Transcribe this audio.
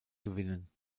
gewinnen